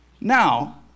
Now